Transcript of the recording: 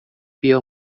بیا